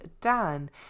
dan